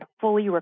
fully